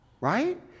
Right